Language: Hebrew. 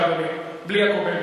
בבקשה, אדוני, בלי הכהן.